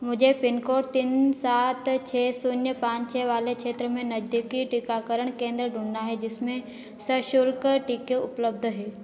मुझे पिनकोड तीन सात छः शून्य पाँच छः वाले क्षेत्र में नज़दीकी टीकाकरण केंद्र ढूँढना है जिसमें सशुल्क टीकें उपलब्ध हैं